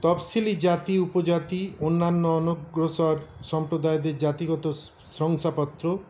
তপশিলি জাতি উপজাতি অন্যান্য অনগ্রসর সম্প্রদায়দের জাতিগত শংসাপত্র